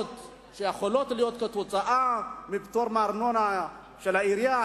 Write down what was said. שיכולות להיות כתוצאה מפטור מארנונה של העירייה.